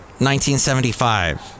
1975